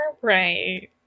Right